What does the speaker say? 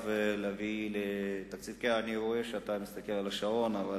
אני רואה שאתה מסתכל על השעון.